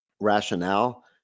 rationale